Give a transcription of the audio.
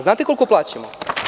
Znate koliko plaćamo?